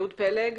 אהוד פלג